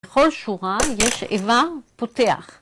בכל שורה יש איבר פותח.